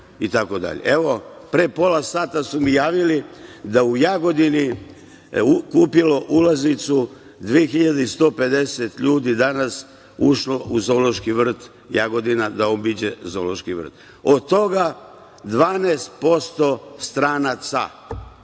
itd. Evo, pre pola sata su mi javili da u Jagodini kupilo ulaznicu 2150 ljudi danas, ušlo u Zoološki vrt Jagodina, da obiđe Zoološki vrt, od toga 12% stranaca,